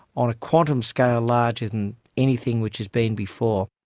on a quantum scale larger than anything which has been before.